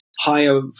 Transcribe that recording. higher